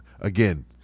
again